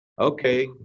okay